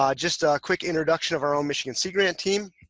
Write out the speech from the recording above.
um just a quick introduction of our own michigan sea grant team,